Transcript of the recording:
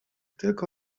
tylko